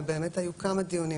אבל באמת היו כמה דיונים,